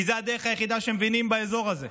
כי זו הדרך היחידה שמבינים באזור הזה.